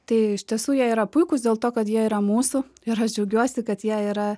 tai iš tiesų jie yra puikūs dėl to kad jie yra mūsų ir aš džiaugiuosi kad jie yra